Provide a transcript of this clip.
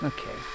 Okay